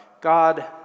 God